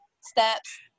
steps